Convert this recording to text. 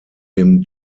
him